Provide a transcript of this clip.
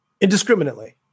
indiscriminately